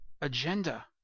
agenda